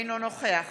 אינו נוכח